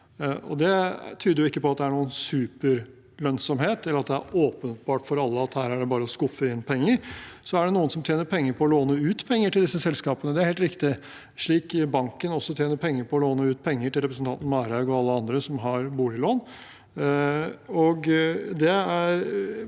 Det tyder ikke på at det er noen superlønnsomhet, eller at det er åpenbart for alle at her er det bare å skuffe inn penger. Så er det noen som tjener penger på å låne ut penger til disse selskapene, det er helt riktig, slik banken også tjener penger på å låne ut penger til representanten Marhaug og alle andre som har boliglån.